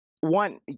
one—